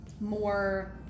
more